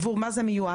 עבור מה זה מיועד.